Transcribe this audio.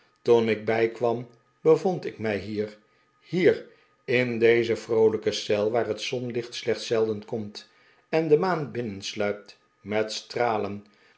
toen ik bijkwam bevond ik mij hier hier in deze vroolijke eel waar het zonlicht slechts zelden komt en de maan binnensluipt met stralen